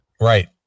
Right